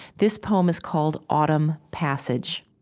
this poem is called autumn passage